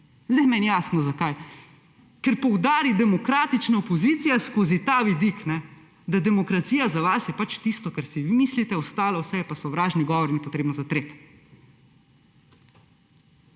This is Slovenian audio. Zdaj je meni jasno, zakaj – ker poudari demokratična opozicija skozi ta vidik, da je demokracija za vas tisto, kar si vi mislite, vse ostalo je pa sovražni govor in je potrebno zatreti.